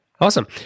Awesome